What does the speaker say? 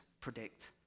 predict